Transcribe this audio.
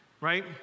right